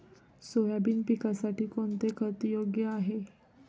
Soybean पिकासाठी कोणते खत योग्य आहे?